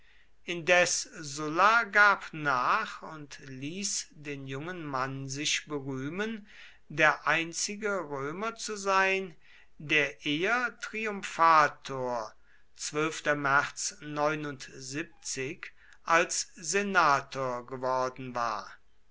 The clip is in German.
indes sulla gab nach und ließ den jungen mann sich berühmen der einzige römer zu sein der eher triumphator als senator geworden war